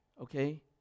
okay